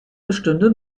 bestünde